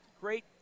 great